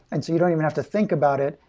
and so you don't even have to think about it.